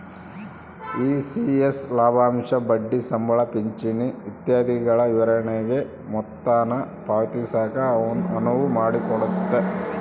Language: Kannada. ಇ.ಸಿ.ಎಸ್ ಲಾಭಾಂಶ ಬಡ್ಡಿ ಸಂಬಳ ಪಿಂಚಣಿ ಇತ್ಯಾದಿಗುಳ ವಿತರಣೆಗೆ ಮೊತ್ತಾನ ಪಾವತಿಸಾಕ ಅನುವು ಮಾಡಿಕೊಡ್ತತೆ